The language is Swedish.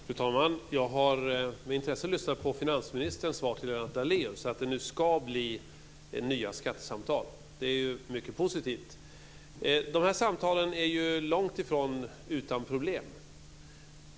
Fru talman! Jag har med intresse lyssnat på finansministerns svar till Lennart Daléus att det nu ska bli nya skattesamtal. Det är ju mycket positivt. De samtalen är ju långtifrån utan problem.